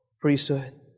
priesthood